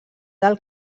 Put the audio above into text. del